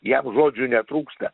jam žodžių netrūksta